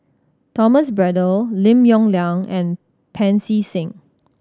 Thomas Braddell Lim Yong Liang and Pancy Seng